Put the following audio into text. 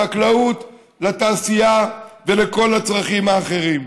לחקלאות, לתעשייה ולכל הצרכים האחרים.